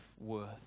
worth